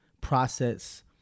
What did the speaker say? process